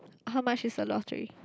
how much is the lottery